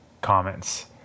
comments